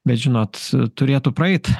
bet žinot turėtų praeit